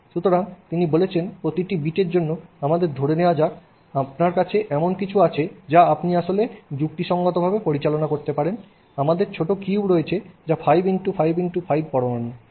সুতরাং তিনি বলেছেন প্রতিটি বিটের জন্য আমাদের ধরে নেওয়া যাক আপনার কাছে এমন কিছু আছে যা আপনি আসলে যুক্তিসঙ্গতভাবে পরিচালনা করতে পারেন আমাদের ছোট কিউব রয়েছে যা 5 × 5 × 5 পরমাণু